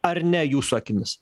ar ne jūsų akimis